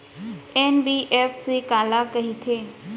NBFC काला कहिथे?